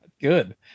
Good